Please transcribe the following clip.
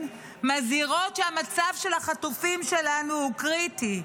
מזהירות שהמצב של החטופים שלנו הוא קריטי.